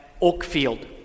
Oakfield